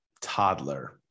toddler